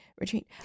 retreat